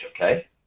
okay